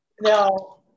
now